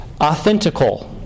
authentical